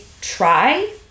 try